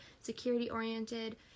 security-oriented